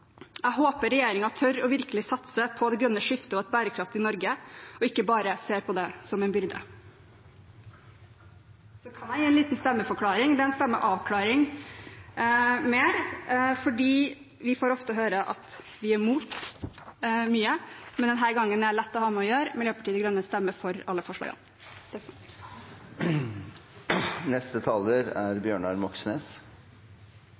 Jeg håper regjeringen virkelig tør å satse på det grønne skiftet og et bærekraftig Norge og ikke bare ser på det som en byrde. Så kan jeg gi en liten stemmeforklaring – det er mer en stemmeavklaring. Vi får ofte høre at vi er imot mye, men denne gangen er jeg lett å ha med å gjøre: Miljøpartiet De Grønne stemmer for alle forslagene.